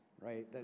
right